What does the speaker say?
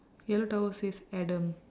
yellow towel says adam